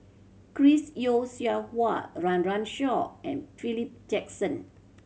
Chris Yeo Siew Hua Run Run Shaw and Philip Jackson